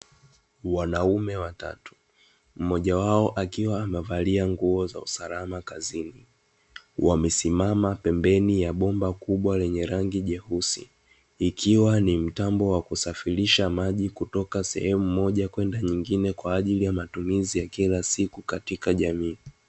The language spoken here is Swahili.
Wanaume watatu, mmoja wao akiwa amevalia nguo za usalama kazini, wamesimama pembeni ya bomba kubwa lenye rangi jeusi, ikiwa ni mtambo wa kusafirisha maji kutoka sehemu moja kwenda nyingine, kwa ajili ya matumizi ya kila siku katika jamii.